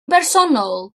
bersonol